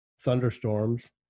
thunderstorms